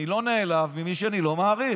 אני לא נעלב ממי שאני לא מעריך.